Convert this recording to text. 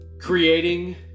creating